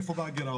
מאיפה בא הגירעון,